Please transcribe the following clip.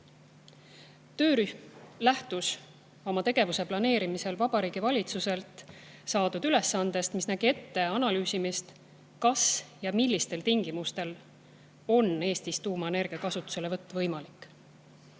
lähtus oma tegevuse planeerimisel Vabariigi Valitsuselt saadud ülesandest, mis nägi ette analüüsimist, kas ja kui, siis millistel tingimustel on Eestis tuumaenergia kasutuselevõtt võimalik.